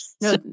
no